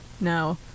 no